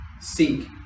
seek